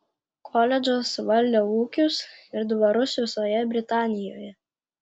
koledžas valdė ūkius ir dvarus visoje britanijoje